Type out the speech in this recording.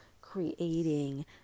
creating